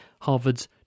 Harvard's